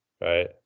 right